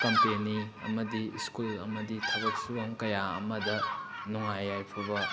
company ꯑꯃꯗꯤ school ꯑꯃꯗꯤ ꯊꯕꯛ ꯁꯨꯐꯝ ꯀꯌꯥ ꯑꯃꯗ ꯅꯨꯡꯉꯥꯏ ꯌꯥꯏꯐꯕ